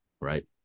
right